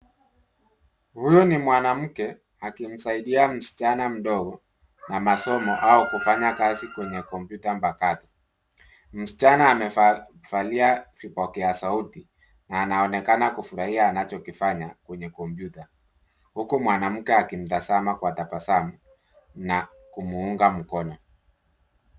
Huyu ni mwanamke akimsaidia msichana mdogo na masomo au kufanya kazi kwenye kompyuta mpakani. Msichana amevalia kipokeasauti na anaonekana kufurahia anachokifanya kwenye kompyuta, huku mwanamke akimtazama kwa tabasamu na kumuunga mkono.